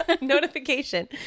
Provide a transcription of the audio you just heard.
Notification